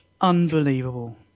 Unbelievable